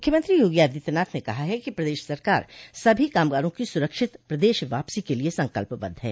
मुख्यमंत्री योगी आदित्यनाथ ने कहा है कि प्रदेश सरकार सभी कामगारों की सरक्षित प्रदेश वापसी के लिए संकल्पबद्ध है